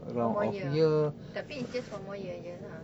one more year tapi it's just one more year ya lah